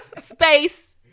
space